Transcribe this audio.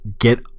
get